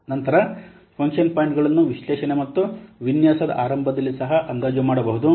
ನಂತರ ಫಂಕ್ಷನ್ ಪಾಯಿಂಟ್ಗಳನ್ನು ವಿಶ್ಲೇಷಣೆ ಮತ್ತು ವಿನ್ಯಾಸದ ಆರಂಭದಲ್ಲಿ ಸಹ ಅಂದಾಜು ಮಾಡಬಹುದು